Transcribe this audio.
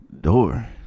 door